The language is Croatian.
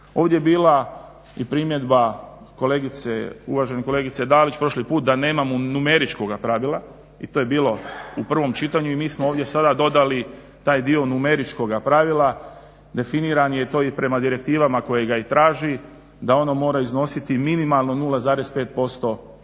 Ovdje je bila i primjedba kolegice, uvažene kolegice Dalić prošli put da nemamo numeričkoga pravila i to je bilo u prvom čitanju i mi smo ovdje sada dodali taj dio numeričkoga pravila, definiran je to i prema direktivama kojega i traži da ono mora iznositi minimalno 0,5% BDP-a.